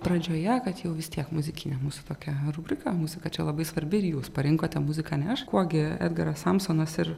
pradžioje kad jau vis tiek muzikinė mūsų tokia rubrika muzika čia labai svarbi ir jūs parinkote muziką ne aš kuo gi edgaras samsonas ir